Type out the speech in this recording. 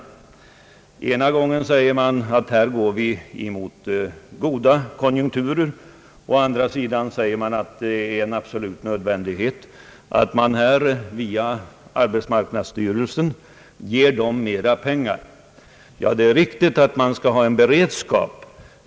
Å ena sidan sägs att vi går mot tider av goda konjunkturer och å andra sidan sägs att det är absolut nödvändigt att man via arbetsmarknadsstyrelsen fördelar mera medel. Det är riktigt med en beredskap i dessa sammanhang.